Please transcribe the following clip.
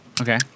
Okay